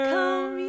Come